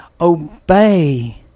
obey